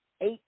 eight